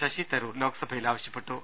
ശശിതരൂർ ലോക്സഭയിൽ ആവശ്യപ്പെ ട്ടു